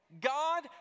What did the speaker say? God